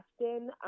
often